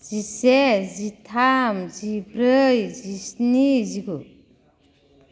जिसे जिथाम जिब्रै जिस्नि जिगु